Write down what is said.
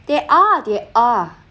there are there are